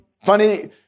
funny